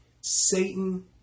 Satan